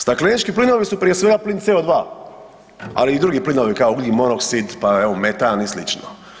Staklenički plinovi su prije svega plin CO2 ali i drugi plinovi kao ugljični monoksid, pa evo metan i slično.